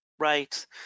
Right